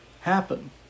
happen